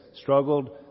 struggled